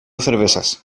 cervezas